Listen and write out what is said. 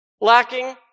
lacking